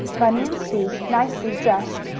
bunny and sue, nicely dressed,